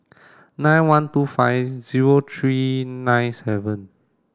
nine one two five zero three nine seven